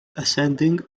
ascending